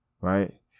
right